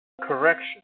Correction